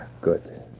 good